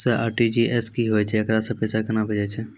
Sir RTGS की होय छै, एकरा से पैसा केना भेजै छै?